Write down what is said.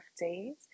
days